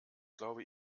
glaube